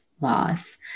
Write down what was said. loss